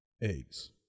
Eggs